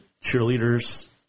cheerleaders